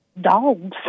dogs